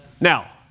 Now